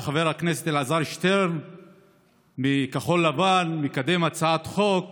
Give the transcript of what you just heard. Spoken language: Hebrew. שחבר הכנסת אלעזר שטרן מכחול לבן מקדם הצעת חוק